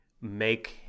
make